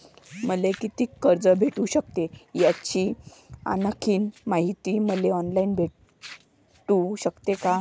मले कितीक कर्ज भेटू सकते, याची आणखीन मायती मले ऑनलाईन भेटू सकते का?